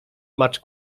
much